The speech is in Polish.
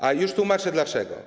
A już tłumaczę dlaczego.